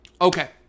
Okay